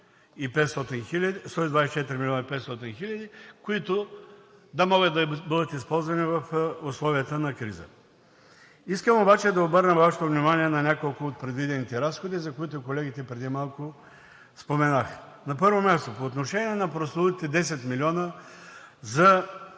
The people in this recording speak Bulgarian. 124 милиона 500 хиляди, които да могат да бъдат използвани в условията на криза. Искам обаче да обърна Вашето внимание на няколко от предвидените разходи, за които колегите преди малко споменаха. На първо място, по отношение на прословутите 10 милиона за